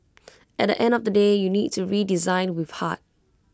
at end of the day you need to redesign with heart